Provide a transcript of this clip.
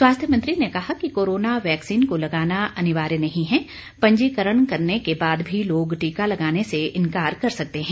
स्वास्थ्य मंत्री ने कहा कि कोरोना वैक्सीन को लगाना अनिवार्य नहीं है पंजीकरण करने के बाद भी लोग टीका लगाने से इंकार कर सकते हैं